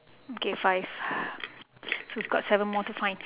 okay five so we got seven more to find